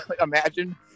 imagine